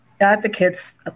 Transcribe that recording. advocates